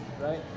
Right